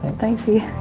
thank you.